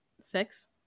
six